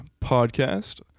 Podcast